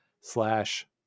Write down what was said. slash